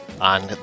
On